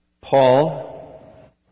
Paul